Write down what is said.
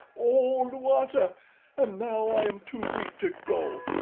oh, luata! and now i am too weak to go.